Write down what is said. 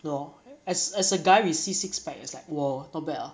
no as as a guy we see six pack as like !wah! not bad ah